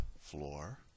floor